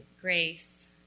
grace